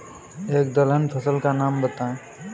एक दलहन फसल का नाम बताइये